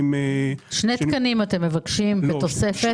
שני תקנים אתם מבקשים בתוספת.